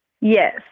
Yes